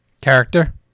Character